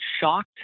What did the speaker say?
shocked